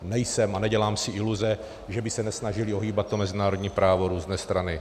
Nejsem a nedělám si iluze, že by se nesnažily ohýbat to mezinárodní právo různé strany.